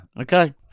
Okay